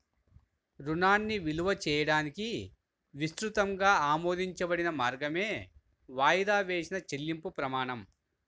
రుణాన్ని విలువ చేయడానికి విస్తృతంగా ఆమోదించబడిన మార్గమే వాయిదా వేసిన చెల్లింపు ప్రమాణం